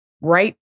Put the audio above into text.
right